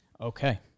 Okay